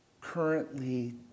currently